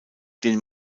den